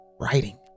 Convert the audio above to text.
writing